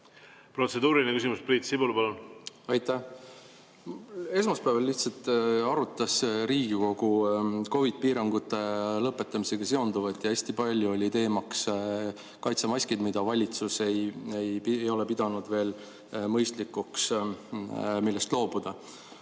Protseduuriline küsimus, Priit Sibul, palun! Aitäh! Esmaspäeval lihtsalt arutas Riigikogu COVID‑i piirangute lõpetamisega seonduvat ja hästi palju olid teemaks kaitsemaskid, millest valitsus ei ole pidanud veel mõistlikuks loobuda.